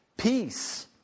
Peace